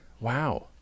Wow